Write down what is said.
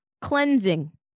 cleansing